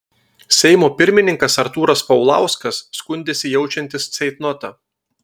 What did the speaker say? seimo pirmininkas artūras paulauskas skundėsi jaučiantis ceitnotą